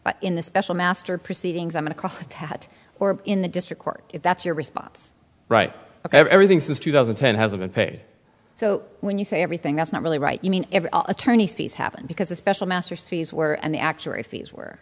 but in the special master proceedings i mean across that or in the district court if that's your response right ok everything since two thousand and ten has been paid so when you say everything that's not really right you mean attorneys fees happen because the special master sees where an actuary fees were